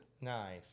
Nice